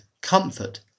comfort